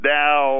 now